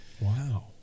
Wow